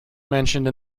mentioned